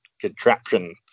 contraption